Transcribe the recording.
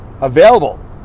available